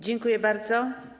Dziękuję bardzo.